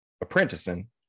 apprenticing